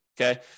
okay